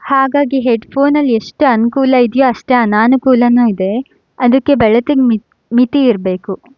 ಹಾಗಾಗಿ ಹೆಡ್ಫೋನಲ್ಲಿ ಎಷ್ಟು ಅನುಕೂಲ ಇದೆಯೋ ಅಷ್ಟೇ ಅನನುಕೂಲವೂ ಇದೆ ಅದಕ್ಕೆ ಬಳಕೆಗೆ ಮಿತ್ ಮಿತಿ ಇರಬೇಕು